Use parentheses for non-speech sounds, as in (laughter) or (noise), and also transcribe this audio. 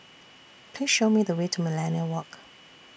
(noise) Please Show Me The Way to Millenia Walk